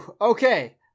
okay